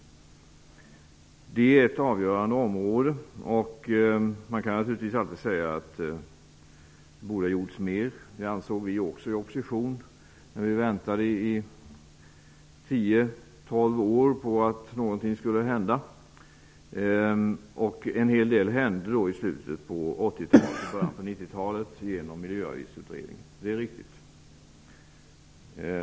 Det är ett avgörande område, och man kan naturligtvis alltid säga att det borde ha gjorts mer. Det ansåg vi också i opposition, när vi väntade i tio--tolv år på att något skulle hända. En hel del hände också i slutet på 80-talet och början på 90 talet genom Miljöavgiftsutredningen. Det är riktigt.